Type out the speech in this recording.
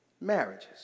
marriages